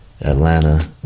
Atlanta